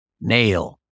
Nail